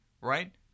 right